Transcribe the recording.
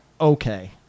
Okay